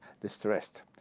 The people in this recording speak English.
distressed